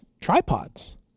tripods